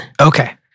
Okay